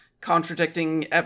contradicting